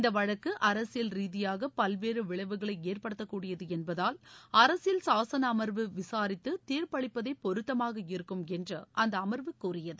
இந்தவழக்குஅரசியல் ரீதியாகபல்வேறுவிளைவுகளைஏற்படுத்தக்கூடியதுஎன்பதால் அரசியல் சாசனஅமர்வு விசாரித்துதீர்ப்பளிப்பதேபொருத்தமாக இருக்கும் என்றுஅந்தஅமர்வு கூறியது